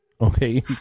Okay